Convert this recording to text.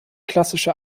klassische